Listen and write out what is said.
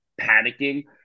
panicking